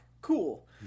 Cool